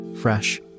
fresh